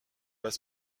pas